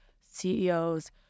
CEOs